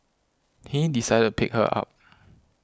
he decided pick her up